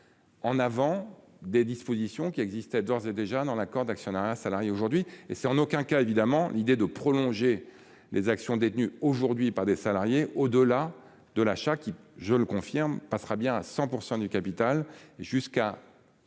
En avant des dispositions qui existaient, d'ores et déjà dans l'accord d'actionnariat salarié aujourd'hui et c'est en aucun cas évidemment l'idée de prolonger les actions détenues aujourd'hui par des salariés, au-delà de l'achat qui, je le confirme, passera bien à 100% du capital jusqu'à.